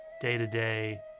day-to-day